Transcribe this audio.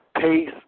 pace